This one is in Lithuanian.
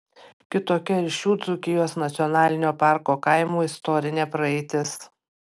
kitokia ir šių dzūkijos nacionalinio parko kaimų istorinė praeitis